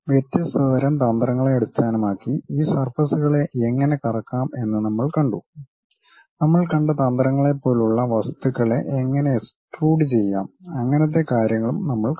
വ്യത്യസ്ത തരം തന്ത്രങ്ങളെ അടിസ്ഥാനമാക്കി ഈ സർഫസ്കളെ എങ്ങനെ കറക്കാം എന്ന് നമ്മൾ കണ്ട് നമ്മൾ കണ്ട തന്ത്രങ്ങളെപ്പോലുള്ള വസ്തുക്കളെ എങ്ങനെ എക്സ്ട്രുഡ് ചെയ്യാം അങ്ങനത്തെ കാര്യങ്ങളും നമ്മൾ കണ്ടു